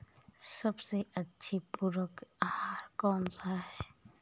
सबसे अच्छा पूरक आहार कौन सा होता है?